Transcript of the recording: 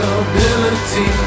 ability